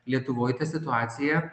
lietuvoj ta situacija